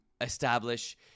establish